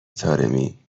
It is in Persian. طارمی